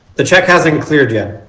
the check hasn't cleared yet